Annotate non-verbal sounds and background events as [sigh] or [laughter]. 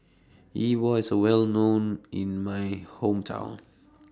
Yi Bua IS A Well known in My Hometown [noise]